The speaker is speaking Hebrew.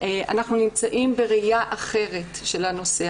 אנחנו נמצאים בראייה אחרת של הנושא.